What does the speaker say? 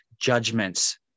judgments